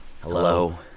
hello